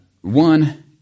One